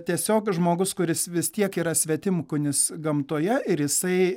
tiesiog žmogus kuris vis tiek yra svetimkūnis gamtoje ir jisai